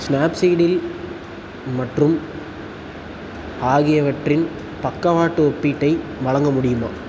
Snapseed இல் மற்றும் ஆகியவற்றின் பக்கவாட்டு ஒப்பீட்டை வழங்க முடியுமா